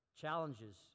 challenges